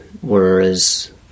Whereas